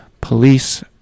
police